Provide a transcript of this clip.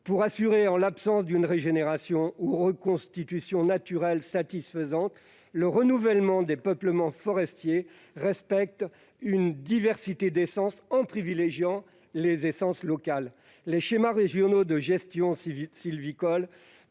pour assurer, en l'absence d'une régénération ou reconstitution naturelle satisfaisante, le renouvellement des peuplements forestiers respectent une diversité d'essences, en privilégiant les essences locales. Les schémas régionaux de gestion sylvicoles